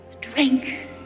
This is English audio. Drink